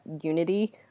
unity